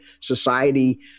society